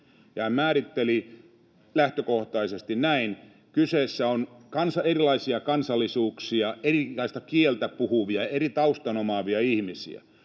Hän määritteli lähtökohtaisesti näin: kyseessä on erilaisia kansallisuuksia, erilaista kieltä puhuvia, eri taustan omaavia ihmisiä,